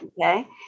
okay